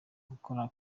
bakora